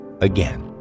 again